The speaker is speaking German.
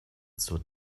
zur